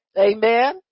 Amen